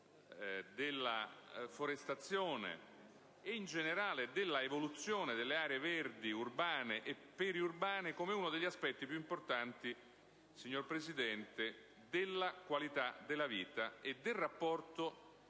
della forestazione e in generale dell'evoluzione delle aree verdi urbane e periurbane come uno degli aspetti più importanti, signora Presidente, della qualità della vita e del rapporto